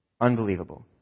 unbelievable